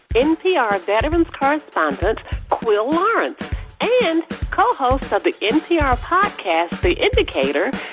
npr veterans' correspondent quil lawrence and co-host of the npr podcast the indicator,